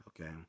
Okay